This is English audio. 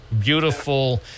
beautiful